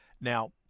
now